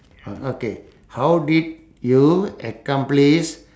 uh okay how did you accomplish